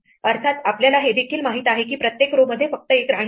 अर्थातआपल्याला हे देखील माहित आहे की प्रत्येक row मध्ये फक्त एक राणी आहे